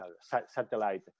satellite